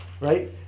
right